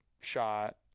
shot